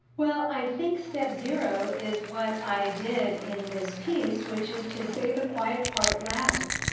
well, i think step zero is what i did in this piece, which is to say the quiet part loud.